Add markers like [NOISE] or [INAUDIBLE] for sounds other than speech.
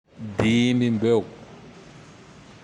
[NOISE] Dimy mbeo. [NOISE]